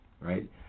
right